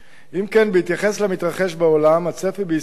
אם כן, בהתייחס למתרחש בעולם, הצפי בישראל